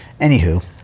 Anywho